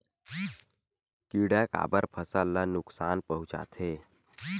किड़ा काबर फसल ल नुकसान पहुचाथे?